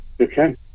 Okay